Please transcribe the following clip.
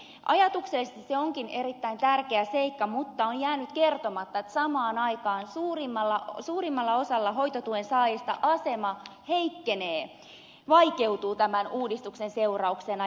ajatuksellisesti se onkin erittäin tärkeä seikka mutta on jäänyt kertomatta että samaan aikaan suurimmalla osalla hoitotuen saajista asema heikkenee vaikeutuu tämän uudistuksen seurauksena